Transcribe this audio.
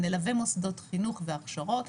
נלווה מוסדות חינוך והכשרות.